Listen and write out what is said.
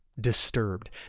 Disturbed